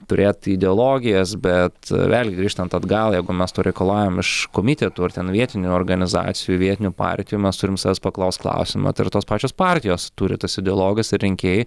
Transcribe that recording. turėt ideologijas bet vėlgi grįžtant atgal jeigu mes to reikalaujam iš komitetų ar ten vietinių organizacijų vietinių partijų mes turim savęs paklaust klausimą tai ar tos pačios partijos turi tas ideologijas ar rinkėjai